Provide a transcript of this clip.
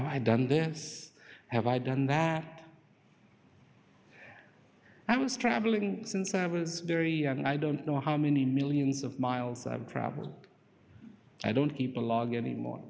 i've done this have i done that i was traveling since i was very young and i don't know how many millions of miles i've traveled i don't keep a log anymore